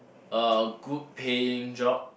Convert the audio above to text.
a good paying job